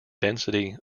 density